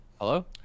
hello